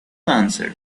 answered